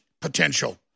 potential